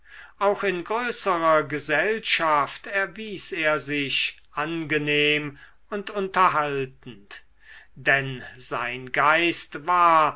auch in größerer gesellschaft erwies er sich angenehm und unterhaltend denn sein geist war